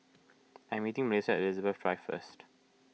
I am meeting Melisa at Elizabeth Drive first